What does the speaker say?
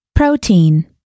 Protein